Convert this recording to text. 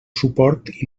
suport